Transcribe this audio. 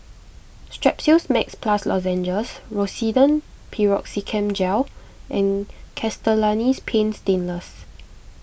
Strepsils Max Plus Lozenges Rosiden Piroxicam Gel and Castellani's Paint Stainless